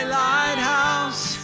lighthouse